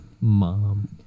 Mom